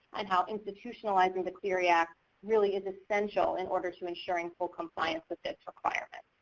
and how institutionalizing the clery act really is essential in order to ensuring full compliance with this requirement.